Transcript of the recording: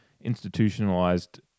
institutionalized